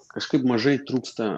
kažkaip mažai trūksta